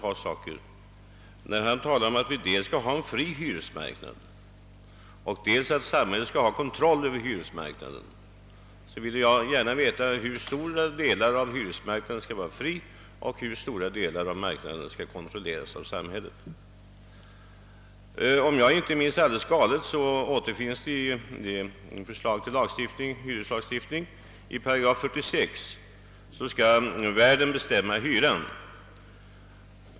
När herr Bergman talar dels om att vi skall ha en fri hyresmarknad, dels om att samhället skall ha kontroll över hyresmarknaden vill jag gärna veta hur stor del av hyresmarknaden som skall vara fri och hur stor del som skall kontrolleras av samhället. Om jag inte minns alldeles fel står det i förslaget till hyreslagstiftning 46 §, att värden skall bestämma hyran.